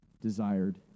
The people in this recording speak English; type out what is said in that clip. desired